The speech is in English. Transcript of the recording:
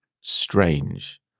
strange